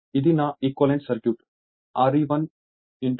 ఇది నా equivalent circuit Re1 Xe1